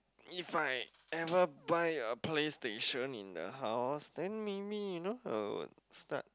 if I ever buy a PlayStation in the house then maybe you know I would start